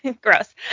gross